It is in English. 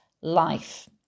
life